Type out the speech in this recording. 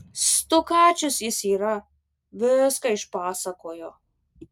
stukačius jis yra viską išpasakojo